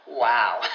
Wow